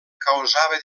causava